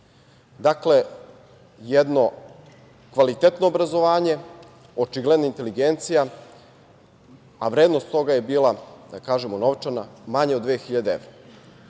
Dakle, jedno kvalitetno obrazovanje, očigledna inteligencija, a vrednost toga je bila, da kažemo novčana, manja od 2.000